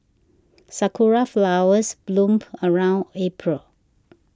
sakura flowers bloom around April